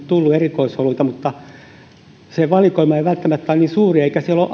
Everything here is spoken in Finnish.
tullut erikoisoluita mutta se valikoima ei välttämättä ole niin suuri eikä siellä ole